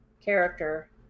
character